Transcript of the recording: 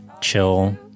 chill